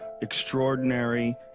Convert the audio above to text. extraordinary